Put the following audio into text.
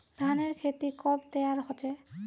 धानेर खेती कब तैयार होचे?